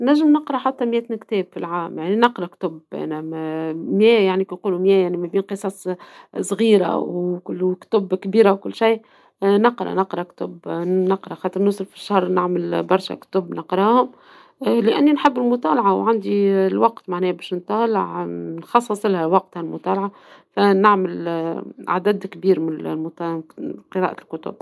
نجم نقرى حتى مئة كتاب في العام ، يعني نقرى كتب أنا ، مية يعني كي نقول مية سما صغيرة وكتب كبيرة ، وكل شي ، نقرى نقرى كتب خاطر نوصل برشا في الشهر نعمل برشا كتب نقراهم لاني نحب المطالعة ، وعندي الوقت باش نطالع نخصصلها وقت المطالعة ، نعمل عدد كبير من قراءة الكتب